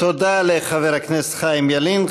תודה לחבר הכנסת חיים ילין.